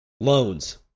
loans